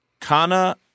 Kana